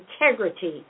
integrity